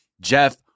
Jeff